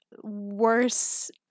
worse